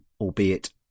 albeit